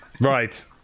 Right